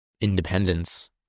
independence